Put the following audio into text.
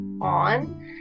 on